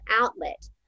outlet